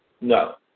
No